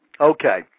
Okay